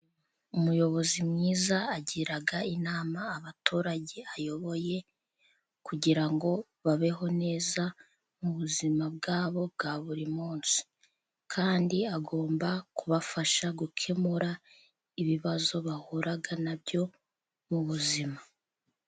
Umuyobozi mwiza agira inama abaturage ayoboye, kugira ngo babeho neza mu buzima bwabo bwa buri munsi, kandi agomba kubafasha gukemura ibibazo bahura na byo mu buzima.